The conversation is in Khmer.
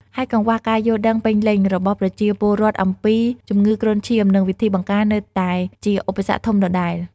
ហើយកង្វះការយល់ដឹងពេញលេញ របស់ប្រជាពលរដ្ឋអំពីជំងឺគ្រុនឈាម និងវិធីបង្ការនៅតែជាឧបសគ្គធំដដែល។